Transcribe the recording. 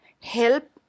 help